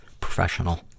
professional